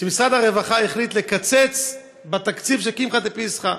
שמשרד הרווחה החליט לקצץ בתקציב של קמחא דפסחא.